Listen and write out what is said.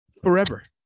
Forever